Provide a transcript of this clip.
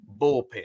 bullpen